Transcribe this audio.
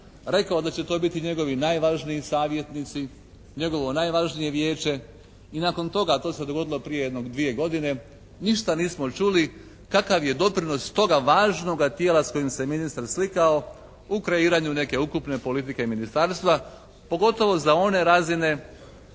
rekao da će to biti njegovi najvažniji savjetnici, njegovo najvažnije vijeće. I nakon toga, to se dogodilo prije jedno dvije godine, ništa nismo čuli kakav je doprinos toga važnoga tijela s kojim se ministar slikao u kreiranju neke ukupne politike ministarstva pogotovo za one razine